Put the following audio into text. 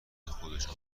خودشان